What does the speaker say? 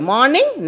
Morning